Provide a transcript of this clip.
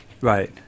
Right